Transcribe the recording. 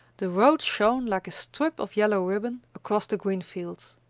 the road shone, like a strip of yellow ribbon across the green field.